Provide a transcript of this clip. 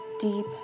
deep